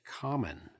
common